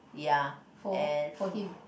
ya and